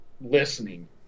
listening